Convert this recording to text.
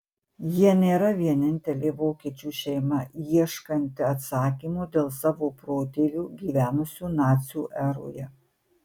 jie nėra vienintelė vokiečių šeima ieškanti atsakymų dėl savo protėvių gyvenusių nacių eroje